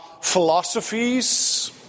philosophies